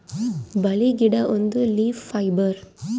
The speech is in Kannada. ಬಾಳೆ ಗಿಡ ಒಂದು ಲೀಫ್ ಫೈಬರ್